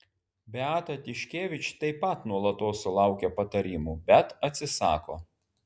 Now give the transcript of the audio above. beata tiškevič taip pat nuolatos sulaukia patarimų bet atsisako